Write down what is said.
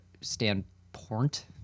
standpoint